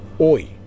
Oi